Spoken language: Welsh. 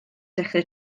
dechrau